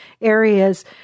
areas